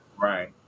Right